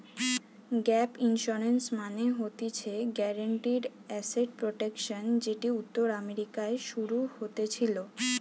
gap insurance মানে হতিছে guaranteed asset protection যেটি উত্তর আমেরিকায় শুরু হতেছিলো